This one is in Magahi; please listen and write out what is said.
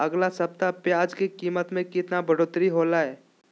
अगला सप्ताह प्याज के कीमत में कितना बढ़ोतरी होलाय?